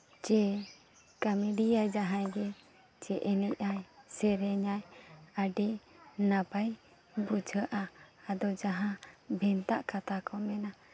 ᱥᱮ ᱠᱚᱢᱮᱰᱤᱭᱟᱭ ᱡᱟᱦᱟᱸᱭ ᱜᱮ ᱥᱮ ᱮᱱᱮᱡ ᱟᱭ ᱥᱮᱨᱮᱧ ᱟᱭ ᱟᱹᱰᱤ ᱱᱟᱯᱟᱭ ᱵᱩᱡᱷᱟᱹᱜᱼᱟ ᱟᱫᱚ ᱡᱟᱦᱟᱸ ᱵᱷᱮᱱᱛᱟ ᱠᱟᱛᱷᱟ ᱠᱚ ᱢᱮᱱᱟ